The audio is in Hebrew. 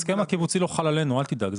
ההסכם הקיבוצי לא חל עלינו, אל תדאג.